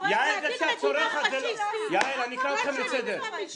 מירב ויעל, אני אקרא לכן לסדר.